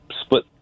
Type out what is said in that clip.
split